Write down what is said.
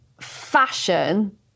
fashion